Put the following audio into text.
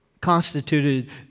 constituted